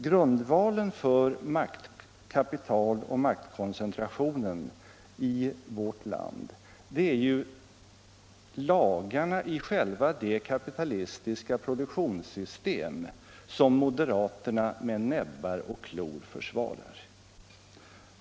Grundvalen för kapitaloch maktkoncentrationen i vårt land är ju lagarna i själva det kapitalistiska produktionssystem som moderaterna med näbbar och klor försvarar.